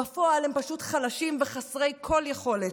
בפועל הם פשוט חלשים וחסרי כל יכולת.